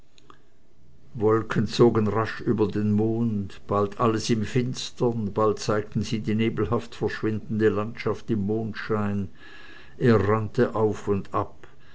wolken zogen rasch über den mond bald alles im finstern bald zeigten sie die nebelhaft verschwindende landschaft im mondschein er rannte auf und ab